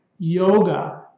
Yoga